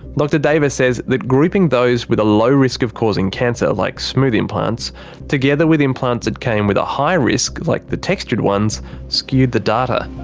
dr deva says that grouping those with a low risk of causing cancer like smooth implants together with implants that came with a high risk like the textured ones skewed the data.